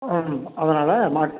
ம் அதனால மாட்